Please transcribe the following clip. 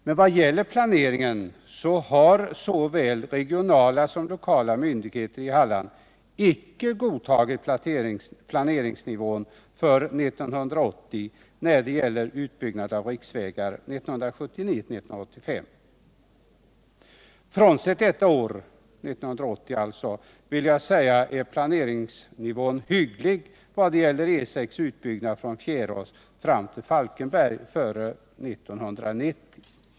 Men vad gäller planeringen har såväl regionala som lokala myndigheter i Halland icke godtagit planeringsnivån för 1980 när det gäller utbyggnaden av riksvägar 1979-1985. Frånsett år 1980 är planeringsnivån hygglig i vad det gäller utbyggnad av E 6 från Fjärås fram till Falkenberg före 1990.